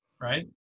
right